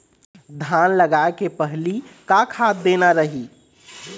धान लगाय के पहली का खाद देना रही?